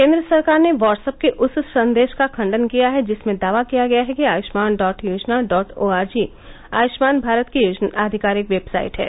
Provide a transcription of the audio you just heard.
केन्द्र सरकार ने वाट्सअप के उस संदेश का खंडन किया है जिसमें दावा किया गया है कि Ayushman dot Yojana dot O R G Ayushman Bharat Yojana की अधिकारिक येबसाइट है